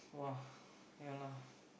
!wah! yeah lah